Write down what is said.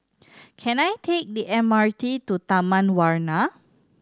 can I take the M R T to Taman Warna